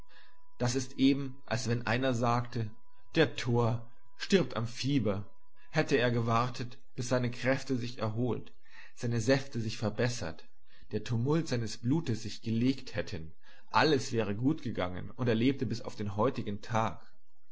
das ist eben als wenn einer sagte der tor stirbt am fieber hätte er gewartet bis seine kräfte sich erholt seine säfte sich verbessert der tumult seines blutes sich gelegt hätten alles wäre gut gegangen und er lebte bis auf den heutigen tag